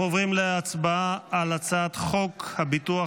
אנחנו עוברים להצבעה על הצעת חוק הביטוח